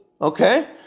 okay